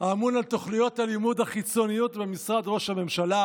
האמון על תוכניות הלימוד החיצוניות במשרד ראש הממשלה.